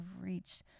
reach